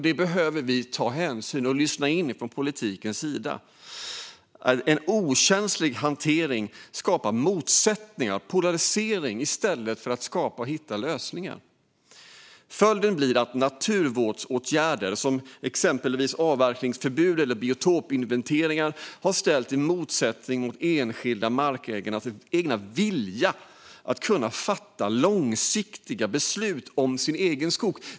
Det behöver vi ta hänsyn till och lyssna in från politikens sida. En okänslig hantering skapar motsättningar och polarisering i stället för att hitta och skapa lösningar. Följden har blivit att naturvårdsåtgärder, exempelvis avverkningsförbud och biotopinventeringar, har ställts i motsättning till enskilda markägares vilja att fatta långsiktiga beslut om sin egen skog.